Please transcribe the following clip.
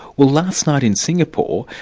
well last night in singapore,